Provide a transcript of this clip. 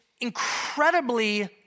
incredibly